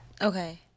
Okay